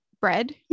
bread